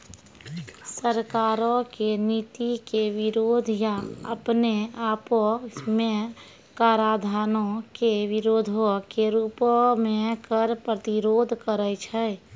सरकारो के नीति के विरोध या अपने आपो मे कराधानो के विरोधो के रूपो मे कर प्रतिरोध करै छै